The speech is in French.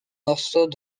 morceaux